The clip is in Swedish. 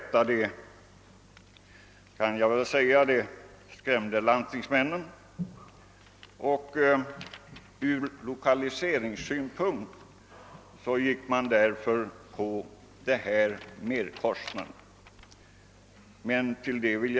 Jag kan väl säga att detta skrämde landstingsmännen, och därför accepterade de denna merkostnad av lokaliseringsskäl.